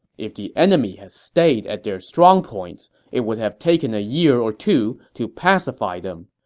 if the enemy had stayed at their strong points, it would have taken a year or two to pacify them.